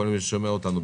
ומכל אלה ששומעים אותנו,